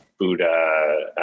Buddha